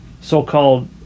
so-called